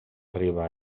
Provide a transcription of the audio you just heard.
riba